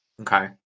Okay